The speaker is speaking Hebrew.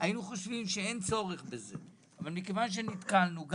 היינו חושבים שאין צורך בזה; אבל נתקלנו בכך.